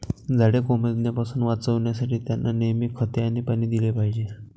झाडे कोमेजण्यापासून वाचवण्यासाठी, त्यांना नेहमी खते आणि पाणी दिले पाहिजे